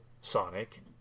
sonic